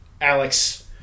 Alex